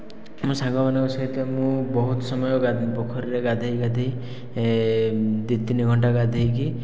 ମୋ ସାଙ୍ଗମାନଙ୍କ ସହିତ ମୁଁ ବହୁତ ସମୟ ପୋଖରୀରେ ଗାଧୋଇ ଗାଧୋଇ ଦି ତିନି ଘଣ୍ଟା ଗାଧୋଇକି